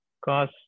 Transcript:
cause